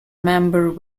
member